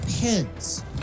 pens